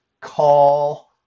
call